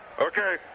Okay